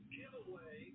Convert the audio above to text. giveaway